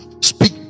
speak